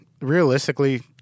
realistically